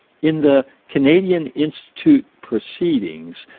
in the canadian institute proceedings,